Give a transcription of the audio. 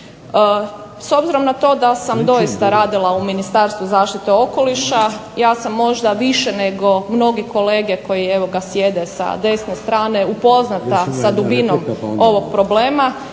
S obzirom na to da sam doista radila u Ministarstvu zaštite okoliša ja sam možda više nego mnogi kolege koji evo ga sjede sa desne strane upoznata sa dubinom ovog problema